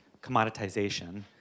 commoditization